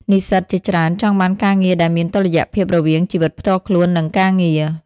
និស្សិតជាច្រើនចង់បានការងារដែលមានតុល្យភាពរវាងជីវិតផ្ទាល់ខ្លួន និងការងារ។